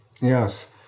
Yes